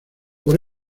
por